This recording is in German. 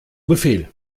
befehl